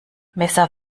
messer